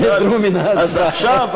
אז עכשיו,